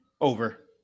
Over